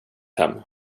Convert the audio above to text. hem